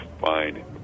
fine